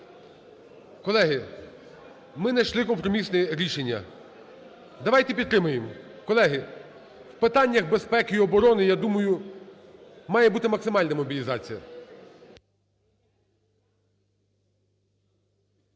Колеги, ми найшли компромісне рішення давайте підтримаємо. У питаннях безпеки і оборони я думаю, має бути максимальна мобілізація.